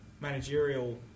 managerial